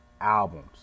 albums